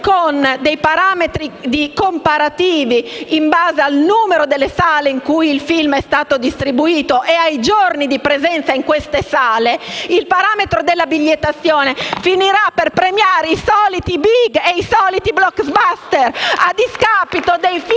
con dei criteri comparativi basati sul numero delle sale in cui il film è stato distribuito e sui giorni di presenza nelle sale, il parametro della bigliettazione finirà per premiare i soliti big e blockbuster, a discapito dei film